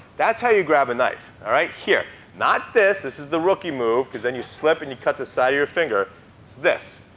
that's how you grab a knife, all right? here. not this. this is the rookie move, because then you slip and you cut the side of your finger. it's this.